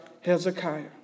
Hezekiah